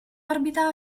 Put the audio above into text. orbita